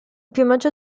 piumaggio